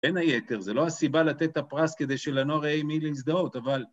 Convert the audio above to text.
אין היתר, זה לא הסיבה לתת את הפרס כדי שלנוער יהיה מי להזדהות, אבל...